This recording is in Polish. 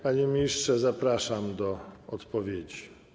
Panie ministrze, zapraszam do odpowiedzi.